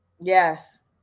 yes